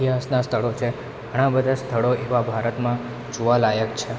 ઇતિહાસના સ્થળો છે ઘણાં બધાં સ્થળો એવાં ભારતમાં જોવાલાયક છે